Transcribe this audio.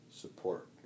support